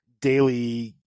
daily